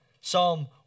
Psalm